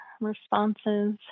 responses